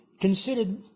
considered